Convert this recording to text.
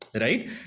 Right